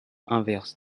inverse